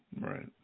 Right